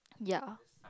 ya